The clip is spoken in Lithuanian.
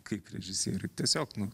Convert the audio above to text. kaip režisieriui tiesiog nu